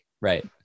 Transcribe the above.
Right